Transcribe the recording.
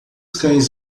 cães